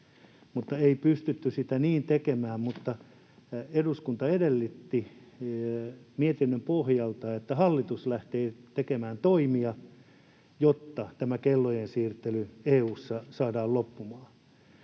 ei pystytty sitä niin tekemään. Eduskunta edellytti mietinnön pohjalta, että hallitus lähtee tekemään toimia, jotta tämä kellojen siirtely EU:ssa saadaan loppumaan.